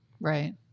Right